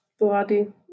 Boadi